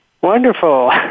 Wonderful